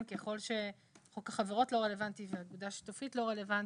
ככל שחוק החברות לא רלוונטי ואגודה שיתופית לא רלוונטית,